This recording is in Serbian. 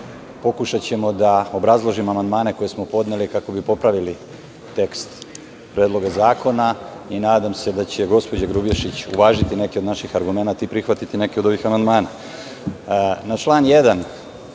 pokušaćemo da obrazložimo amandmane koje smo podneli kako bi popravili tekst Predloga zakona i nadam se da će gospođa Grubješić uvažiti neke od naših argumenata i prihvatiti neke od ovih amandmana. Na član 1.